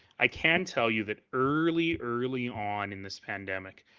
i can tell you, that early early on in this pandemics,